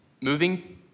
moving